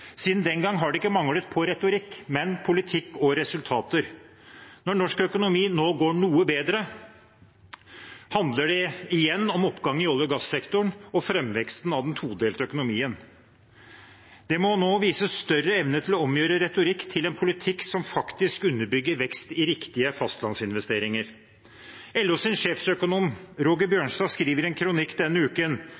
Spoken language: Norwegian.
Siden den gang har det ikke manglet på retorikk, men på politikk og resultater. Når norsk økonomi nå går noe bedre, handler det igjen om oppgang i olje- og gassektoren og framveksten av den todelte økonomien. Det må nå vises større evne til å omgjøre retorikk til en politikk som faktisk underbygger vekst i riktige fastlandsinvesteringer.